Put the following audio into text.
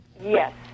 yes